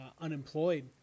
unemployed